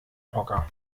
hocker